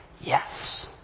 yes